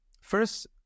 First